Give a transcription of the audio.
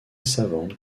savante